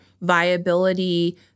viability